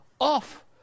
off